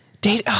Date